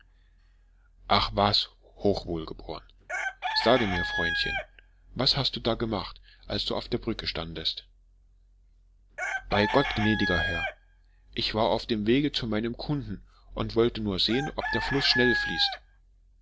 ach was hochwohlgeboren sage mir freundchen was hast du da gemacht als du auf der brücke standest bei gott gnädiger herr ich war auf dem wege zu meinen kunden und wollte nur sehen ob der fluß schnell fließt